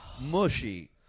mushy